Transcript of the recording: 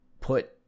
put